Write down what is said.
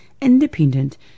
Independent